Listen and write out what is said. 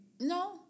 no